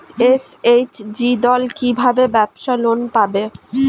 SHG দল কী ভাবে ব্যাবসা লোন পাবে?